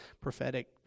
prophetic